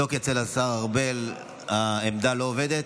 צריך לבדוק אצל השר ארבל, העמדה לא עובדת.